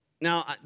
Now